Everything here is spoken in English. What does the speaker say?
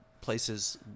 places